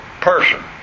person